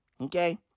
okay